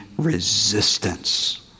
Resistance